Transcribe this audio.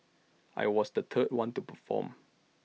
I was the third one to perform